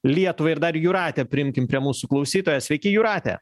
lietuvą ir dar jūratę priimkim prie mūsų klausytoją sveiki jūrate